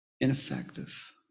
ineffective